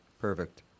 Perfect